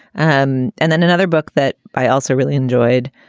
um and then another book that i also really enjoyed.